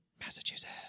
Massachusetts